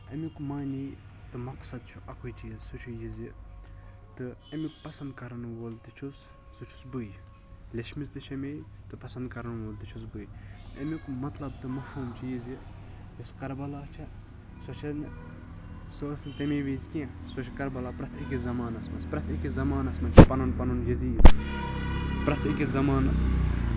تمیُک معنے مَقصَد چھُ اَکُے چیٖز سُہ چھُ یہِ زِ تہٕ امیُک پَسَنٛد کَرَن وول تہِ چھُس سُہ چھُس بٕے لیٚچھمٕژ تہٕ چھِ میے تہٕ پَسَنٛد کَرَن وول تہٕ چھُس بٕے امیُک مَطلَب تہٕ مَفہوم چھُ یہِ زِ یۄس کَربَلا چھَ سۄ چھَ نہٕ سۄ ٲسۍ نہٕ تمے وِز کینٛہہ سۄ چھَ کَربَلا پرٮ۪تھ أکِس زَمانَس مَنٛز پرٮ۪تھ أکِس زَمانَس مَنٛز چھ پَنُن پَنُن یزیٖد پرٮ۪تھ أکِس زَمانہٕ